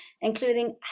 including